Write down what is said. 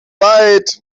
leid